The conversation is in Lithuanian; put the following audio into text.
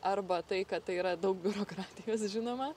arba tai kad tai yra daug biurokratijos žinoma